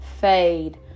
fade